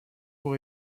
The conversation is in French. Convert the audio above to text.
pour